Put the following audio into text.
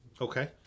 Okay